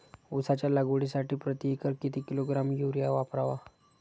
उसाच्या लागवडीसाठी प्रति एकर किती किलोग्रॅम युरिया वापरावा?